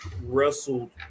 wrestled